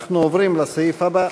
אנחנו עוברים לסעיף הבא,